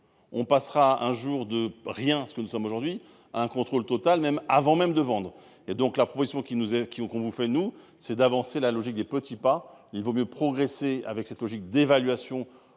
On passera un jour de rien, ce que nous sommes aujourd'hui à un contrôle total même avant même de vendre et donc la proposition qui nous est qui qu'on vous fait nous c'est d'avancer la logique des petits pas, il vaut mieux progresser avec cette logique d'évaluation.